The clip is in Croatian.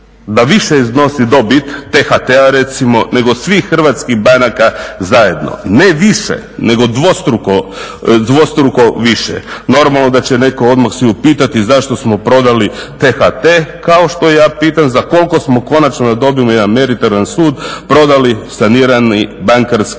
da više iznosi dobit THT-a recimo, nego svih hrvatskih banaka zajedno. Ne više, nego dvostruko više. Normalno da će netko odmah se upitati zašto smo prodali THT kao što ja pitam za koliko smo konačno da dobimo jedan meritoran sud prodali sanirani bankarski